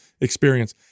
experience